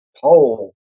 pole